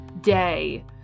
day